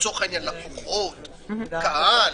לצורך העניין לקוחות, קהל,